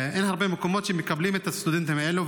שמקבלים את הסטודנטים האלה.